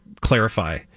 clarify